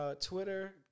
Twitter